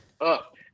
up